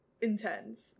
intense